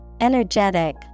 energetic